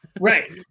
Right